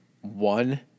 one